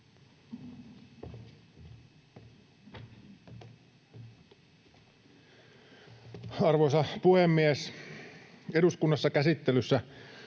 Arvoisa puhemies! Eduskunnassa käsittelyssä